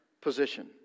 position